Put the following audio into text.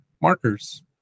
markers